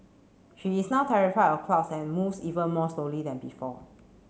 she is now terrified of crowds and moves even more slowly than before